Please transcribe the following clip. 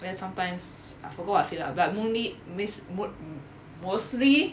then sometimes I forgot what I feed lah but mainly miss most mostly